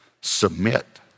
Submit